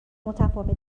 متفاوت